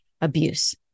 abuse